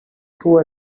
too